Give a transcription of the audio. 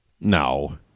No